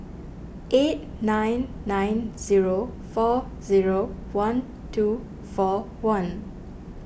eight nine nine zero four zero one two four one